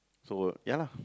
so ya lah